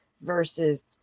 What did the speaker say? versus